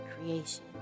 creation